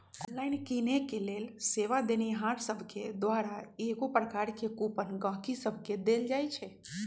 online किनेके लेल सेवा देनिहार सभके द्वारा कएगो प्रकार के कूपन गहकि सभके देल जाइ छइ